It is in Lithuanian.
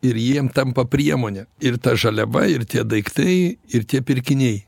ir jiem tampa priemone ir ta žaliava ir tie daiktai ir tie pirkiniai